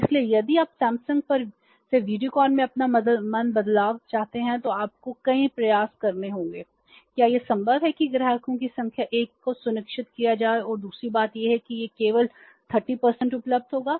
इसलिए यदि आप सैमसंग में अपना मन बदलना चाहते हैं तो आपको कई प्रयास करने होंगे क्या यह संभव है कि ग्राहकों की संख्या 1 को सुनिश्चित किया जाए और दूसरी बात यह है कि यह केवल 30 उपलब्ध होगा